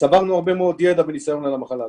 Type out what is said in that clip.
צברנו הרבה מאוד ידע וניסיון על המחלה.